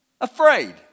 Afraid